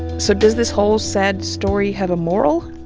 so does this whole sad story have a moral?